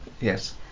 Yes